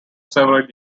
several